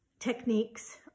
Techniques